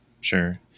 Sure